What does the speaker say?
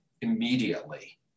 immediately